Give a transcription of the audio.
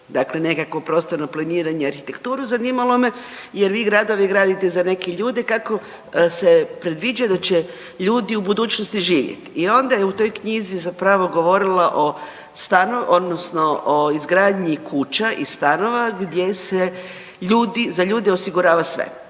uz nekakvo prostorno planiranje i arhitekturu, zanimalo me jer vi gradove gradite za neke ljude kako se predviđaju da će ljudi u budućnosti živjeti. I onda je u toj knjizi zapravo govorila o stanu odnosno o izgradnji kuća i stanova gdje se ljudi za ljude osigurava sve.